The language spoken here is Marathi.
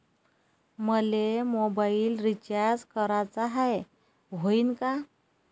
मले मोबाईल रिचार्ज कराचा हाय, होईनं का?